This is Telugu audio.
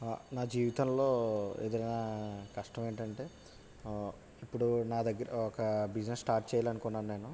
నా జీవితంలో ఎదురైన కష్టం ఏంటంటే ఇప్పుడు నా దగ్గర ఒక బిజినెస్ స్టార్ట్ చేయాలనుకున్నాను నేను